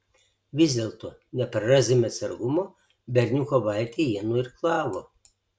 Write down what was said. vis dėlto neprarasdami atsargumo berniuko valtį jie nuirklavo